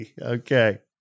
Okay